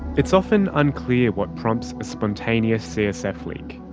it's often unclear what prompts a spontaneous csf leak.